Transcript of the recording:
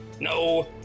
No